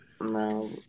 No